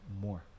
more